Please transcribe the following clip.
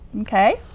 Okay